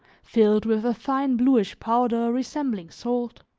filled with a fine bluish powder resembling salt.